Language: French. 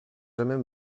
jamais